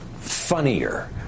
funnier